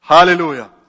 Hallelujah